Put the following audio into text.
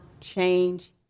change